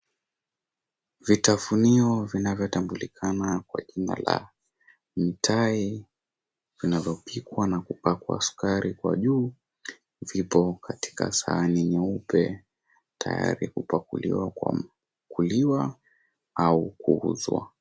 Vitafunio vinavyotambulikana kwa jina la mitai vinavyopikwa na kupakwa sukari kwa juu vipo katika sahani nyeupe tayari kupakuliwa kwa kuliwa au kuuzwa.